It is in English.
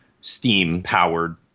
steam-powered